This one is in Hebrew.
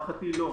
להערכתי לא.